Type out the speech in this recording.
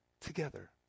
together